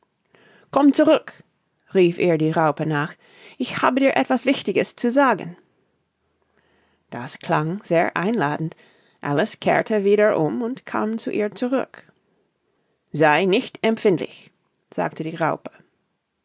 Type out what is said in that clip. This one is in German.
komm zurück rief ihr die raupe nach ich habe dir etwas wichtiges zu sagen das klang sehr einladend alice kehrte wieder um und kam zu ihr zurück sei nicht empfindlich sagte die raupe